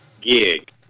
gig